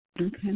Okay